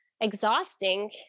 exhausting